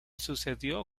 sucedió